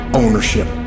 ownership